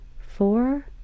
four